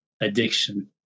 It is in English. addiction